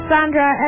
Sandra